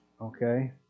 Okay